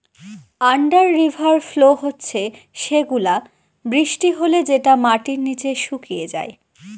under river flow হচ্ছে সেগুলা বৃষ্টি হলে যেটা মাটির নিচে শুকিয়ে যায়